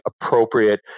appropriate